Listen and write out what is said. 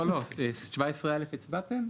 לא, 17 (א) הצבעתם?